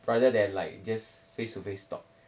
rather than like just face to face talk